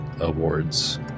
Awards